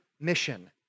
mission